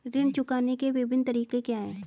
ऋण चुकाने के विभिन्न तरीके क्या हैं?